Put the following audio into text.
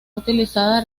utilizada